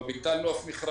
לא ביטלנו אף מכרז.